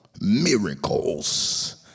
miracles